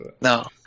No